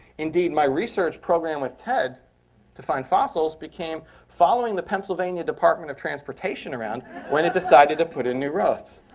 indeed, my research program with ted to find fossils became following the pennsylvania department of transportation around when it decided to put in new roads.